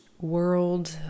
world